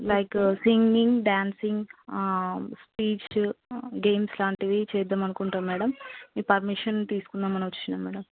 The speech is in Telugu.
like singing dancing speech games లాంటివి చేద్దాం అనుకుంటున్నాం మేడం మీ పర్మిషన్ తీసుకుందాం అని వచ్చినాం మేడం